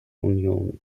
union